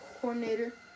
coordinator